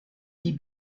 dit